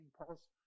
Paul's